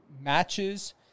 matches